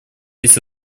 есть